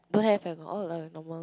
don't have eh all along is normal